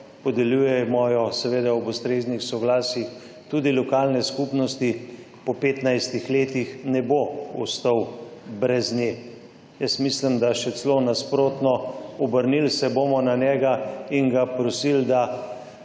podeljujemo jo seveda ob ustreznih soglasjih tudi lokalne skupnosti, po 15-ih letih ne bo ostal brez nje. Jaz mislim, da še celo nasprotno obrnili se bomo na njega in ga prosili, da